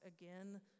again